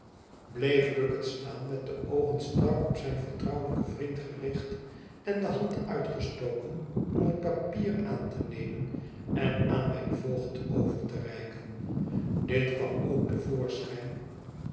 bleef bucket staan met de oogen strak op zijn vertrouwelijken vriend gericht en de hand uitgestoken om het papier aan te nemen en aan mijn voogd over te reiken dit kwam ook